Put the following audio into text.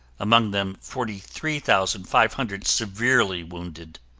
among them forty three thousand five hundred severely wounded.